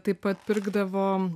taip pat pirkdavo